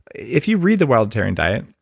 if you read the wildatarian diet,